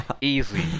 Easy